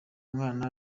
mwana